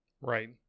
Right